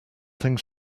things